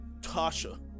Tasha